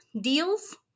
deals